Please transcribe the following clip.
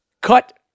cut